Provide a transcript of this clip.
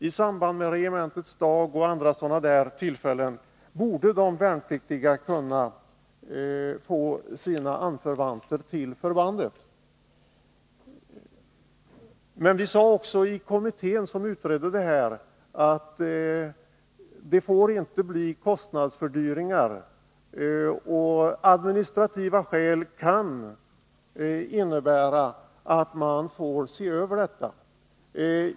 I samband med regementets dag och andra sådana tillfällen borde de värnpliktiga kunna få sina anförvanter till förbandet. Men vi sade också i kommittén, som utreder detta, att det inte får bli kostnadsfördyringar, och det hela kan behövas ses över med hänsyn till administrationen.